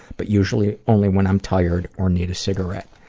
but usually only when i'm tired or need a cigarette.